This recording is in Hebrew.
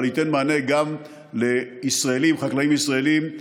אבל גם ייתן מענה לחקלאים ישראלים,